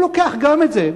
הוא לוקח גם את זה,